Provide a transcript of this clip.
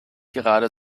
gerade